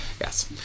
Yes